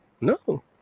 No